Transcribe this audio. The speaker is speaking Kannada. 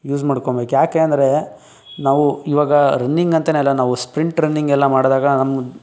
ಯೂಸ್ ಮಾಡ್ಕೋಂಬೇಕು ಯಾಕೆ ಅಂದರೆ ನಾವು ಇವಾಗ ರನ್ನಿಂಗ್ ಅಂತಲೇ ಅಲ್ಲ ನಾವು ಸ್ಪ್ರಿಂಟ್ ರನ್ನಿಂಗ್ ಎಲ್ಲ ಮಾಡಿದಾಗ ನಮ್ಮ